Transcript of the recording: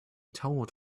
told